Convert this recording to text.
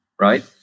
right